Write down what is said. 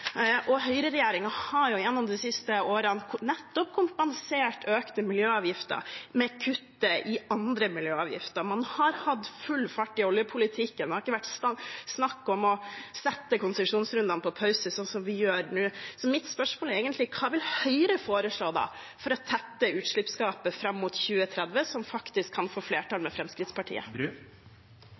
Og det er mye, mye mer. Høyreregjeringen har gjennom de siste årene nettopp kompensert økte miljøavgifter med kutt i andre miljøavgifter. Man har hatt full fart i oljepolitikken. Det har ikke vært snakk om å sette konsesjonsrundene på pause sånn som vi gjør nå. Så mitt spørsmål er egentlig: Hva vil Høyre foreslå for å tette utslippsgapet fram mot 2030, noe som faktisk kan få flertall med Fremskrittspartiet?